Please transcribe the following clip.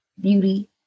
beauty